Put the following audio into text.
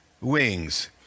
wings